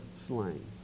slain